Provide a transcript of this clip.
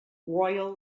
royal